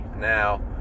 now